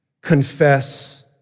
confess